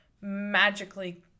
magically